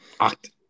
act